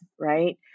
right